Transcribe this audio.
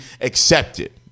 accepted